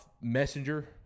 messenger